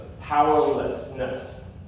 powerlessness